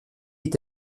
est